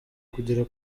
kugera